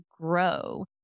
grow